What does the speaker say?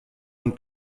und